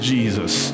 Jesus